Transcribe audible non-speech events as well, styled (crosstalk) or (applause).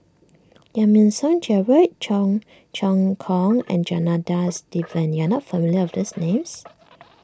Giam Yean Song Gerald Cheong Choong Kong (noise) and Janadas Devan you are not familiar with these names (noise)